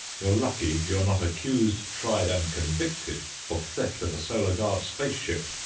you're lucky you're not accused, tried, and convicted of theft of a solar guard spaceship!